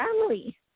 family